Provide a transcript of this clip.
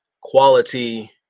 Quality